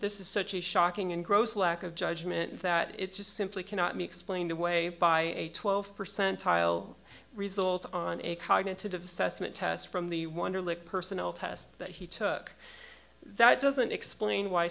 this is such a shocking and gross lack of judgment that it's just simply cannot be explained away by a twelve percent tile result on a cognitive assessment test from the wonderlic personal test that he took that doesn't explain why